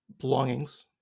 belongings